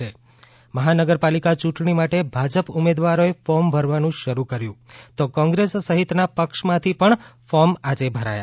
ઃ મહાનગરપાલિકા ચૂંટણી માટે ભાજપ ઉમેદવારો એ ફોર્મ ભરવાનું શરૂ કર્યું તો કોંગ્રેસ સહિતના પક્ષ માંથી પણ ફોર્મ આજે ભરાયા